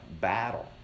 battle